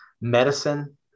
medicine